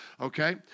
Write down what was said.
Okay